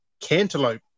cantaloupe